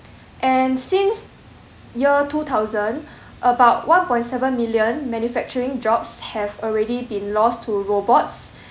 and since year two thousand about one point seven million manufacturing jobs have already been lost to robots